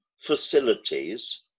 facilities